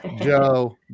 Joe